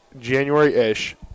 January-ish